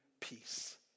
peace